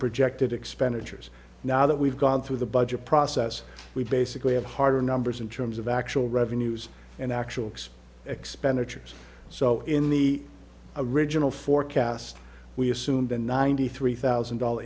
projected expenditures now that we've gone through the budget process we basically have harder numbers in terms of actual revenues and actual expenditures so in the original forecast we assumed a ninety three thousand dollar